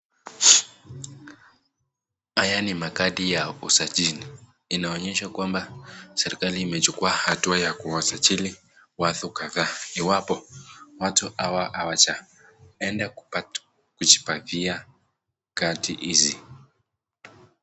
Haya ni makadi ya usajili, inaonyesha kwamba serikali imechukua hatua ya kuwasajili watu kadhaa, iwapo watu hawa hawajaenda kujipatia kadi hizi.